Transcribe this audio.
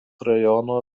rajono